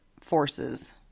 forces